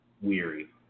weary